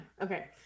okay